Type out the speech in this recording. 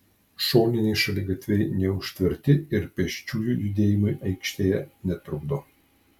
šoniniai šaligatviai neužtverti ir pėsčiųjų judėjimui aikštėje netrukdo